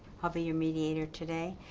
i'll be your mediator today.